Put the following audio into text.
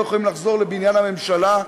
לא יכולים לחזור לבניין הממשלה,